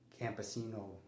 campesino